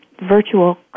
virtual